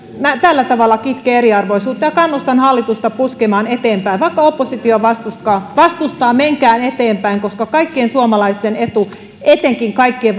tällä tavalla kitkee eriarvoisuutta ja kannustan hallitusta puskemaan eteenpäin vaikka oppositio vastustaa vastustaa menkää eteenpäin koska kaikkien suomalaisten etu etenkin kaikkein